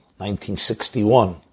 1961